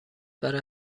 برای